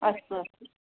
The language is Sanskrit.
अस्तु अस्तु